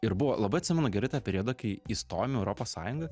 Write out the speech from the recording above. ir buvo labai atsimenu gerai tą periodą kai įstojom į europos sąjungą